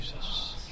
Jesus